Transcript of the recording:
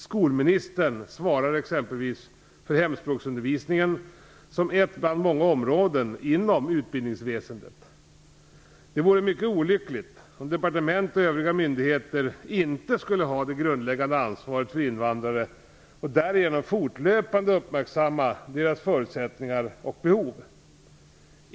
Skolministern svarar exempelvis för hemspråksundervisningen som ett bland många områden inom utbildningsväsendet. Det vore mycket olyckligt om departement och övriga myndigheter inte skulle ha det grundläggande ansvaret för invandrare och därigenom fortlöpande uppmärksamma deras förutsättningar och behov.